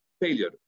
failure